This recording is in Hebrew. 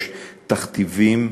יש תכתיבים.